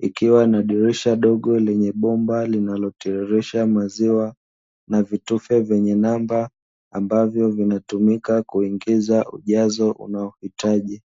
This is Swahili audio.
ikiwa na dirisha dogo lenye bomba linalotiririsha maziwa na vitufe vyenye namba ambavyo vinatumika kuingia ujazo unaohitaji.